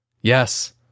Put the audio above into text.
Yes